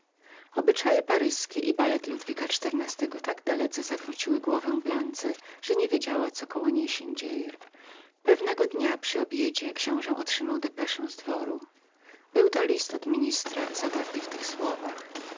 wyrocznie paryż i balety ludwika xiv tak dalece zawróciły głowę blance że niewiedziała co się koło niej działo pewnego dnia przy obiedzie książe otrzymał depesze z dworu był to list od ministra zawarty w tych słowach